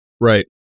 Right